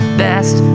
best